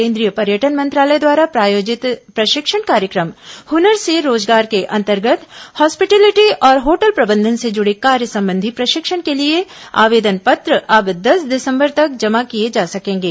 केन्द्रीय पर्यटन मंत्रालय द्वारा प्रायोजित प्रशिक्षण कार्यक्र म हुनर से रोजगार के अंतर्गत हॉस्पिटैलिटी और होटल प्रबंधन से जुड़े कार्य संबंधी प्रशिक्षण के लिए आवेदन पत्र अब दस दिसंबर तक जमा किए जा सकेंगे